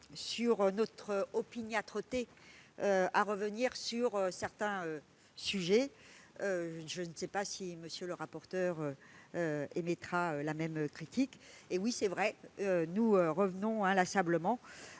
sur notre opiniâtreté à revenir sur certains sujets ... Je ne sais pas si M. le rapporteur général émettra la même critique, mais il est vrai que nous revenons inlassablement